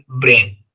brain